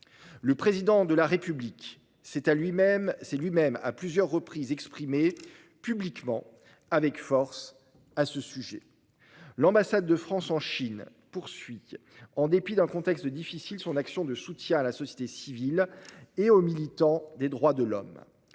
Le Président de la République s'est lui-même à plusieurs reprises exprimé publiquement avec force à ce sujet. L'ambassade de France en Chine poursuit, en dépit d'un contexte difficile, son action de soutien à la société civile et aux militants des droits de l'homme.